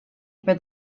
for